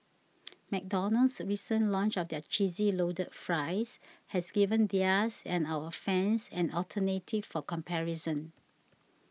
McDonald's recent launch of their cheesy loaded fries has given theirs and our fans an alternative for comparison